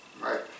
Right